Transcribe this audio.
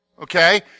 Okay